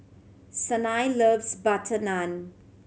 Sanai loves butter naan